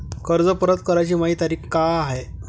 कर्ज परत कराची मायी तारीख का हाय?